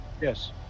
Yes